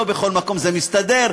לא בכל מקום זה מסתדר.